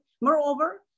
Moreover